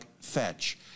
fetch